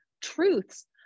truths